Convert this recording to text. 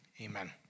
amen